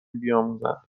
بیاموزند